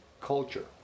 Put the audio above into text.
culture